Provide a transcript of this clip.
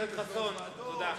יושבי-ראש ועדות.